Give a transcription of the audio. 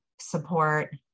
support